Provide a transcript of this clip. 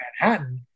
Manhattan